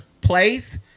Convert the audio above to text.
place